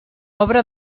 obra